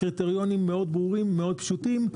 הקריטריונים מאוד ברורים, מאוד פשוטים.